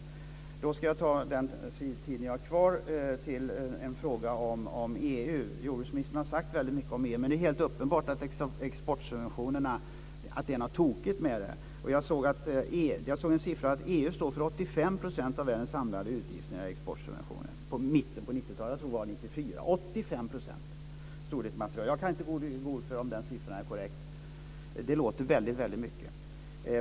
Jag ska ta den tid jag har kvar till en fråga om EU. Jordbruksministern har sagt väldigt mycket om EU, men det är helt uppenbart att det är något tokigt med exportsubventionerna. Jag såg att EU i mitten av 90 talet stod för 85 % av världens samlade utgifter när det gäller exportsubventioner. Jag tror att det var 1994. Så stod det i ett material. Jag kan inte gå i god för att den siffran är korrekt. Det låter väldigt mycket.